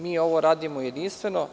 Mi ovo radimo jedinstveno.